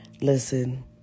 Listen